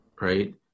Right